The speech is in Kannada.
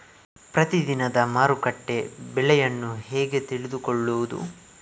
ಪ್ರತಿದಿನದ ಮಾರುಕಟ್ಟೆ ಬೆಲೆಯನ್ನು ಹೇಗೆ ತಿಳಿದುಕೊಳ್ಳುವುದು?